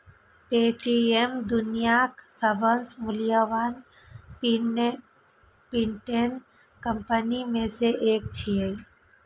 Paytm दुनियाक सबसं मूल्यवान फिनटेक कंपनी मे सं एक छियै